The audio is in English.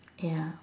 ya